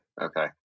Okay